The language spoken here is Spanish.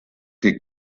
que